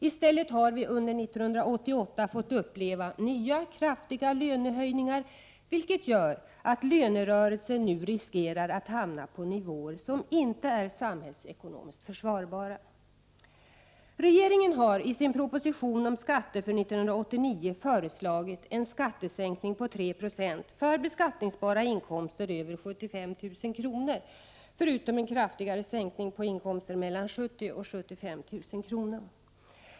I stället har vi under 1988 fått uppleva nya kraftiga lönehöjningar, vilket gör att lönerörelsen nu riskerar att hamna på nivåer som inte är samhällsekonomiskt försvarbara. Regeringen har i sin proposition om skatter för 1989 föreslagit en skattesänkning på 3 20 för beskattningsbara inkomster över 75 000 kr. förutom en kraftigare sänkning på inkomster mellan 70 000 och 75 000 kr.